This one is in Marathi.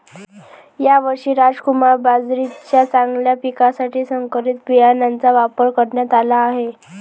यावर्षी रामकुमार बाजरीच्या चांगल्या पिकासाठी संकरित बियाणांचा वापर करण्यात आला आहे